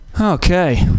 okay